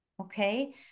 Okay